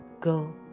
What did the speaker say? go